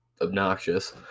obnoxious